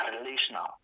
relational